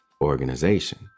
organization